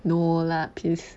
no lah please